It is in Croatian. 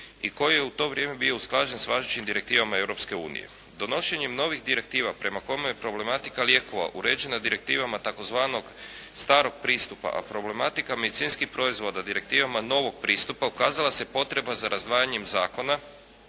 I koji je u to vrijeme bio usklađen sa važećih direktivama Europske unije. Donošenjem novih direktiva prema kome je problematika lijekova uređena direktivama tzv. starog pristupa, a problematika medicinskih proizvoda direktivama novog pristupa ukazala se potreba za razdvajanjem Zakona